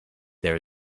there